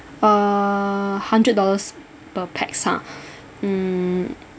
err hundred dollars per pax ha mm